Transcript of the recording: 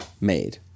made